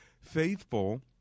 faithful